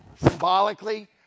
symbolically